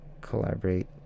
collaborate